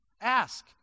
Ask